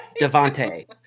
Devante